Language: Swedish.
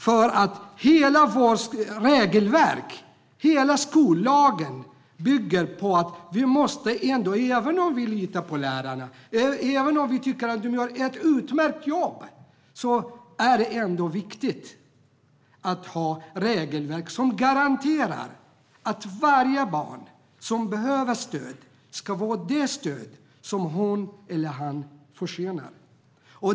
Även om vi litar på lärarna och tycker att de gör ett utmärkt jobb är det viktigt att ha regelverk som garanterar att varje barn som behöver stöd får det stöd som hon eller han förtjänar.